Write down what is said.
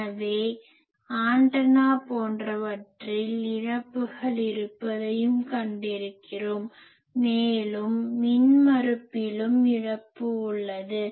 எனவே ஆண்டனா போன்றவற்றில் இழப்புகள் இருப்பதையும் கண்டிருக்கிறோம் மேலும் மின்மறுப்பிலும் இழப்பு உள்ளது